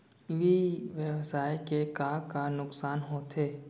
ई व्यवसाय के का का नुक़सान होथे?